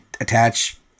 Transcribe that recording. attach